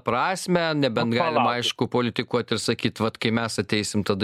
prasmę nebent galima aišku politikuot ir sakyt vat kai mes ateisim tada